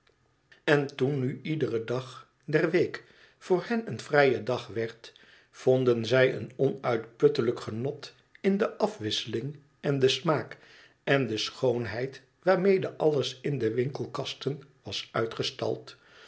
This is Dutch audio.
en toen nu iedere dag der week voor hen een vrije dag werd vonden zij een onuitputtelijk genot in de afwisselingen den smaak en de schoonheid waarmede alles in de winkelkasten was uitgestald